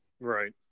Right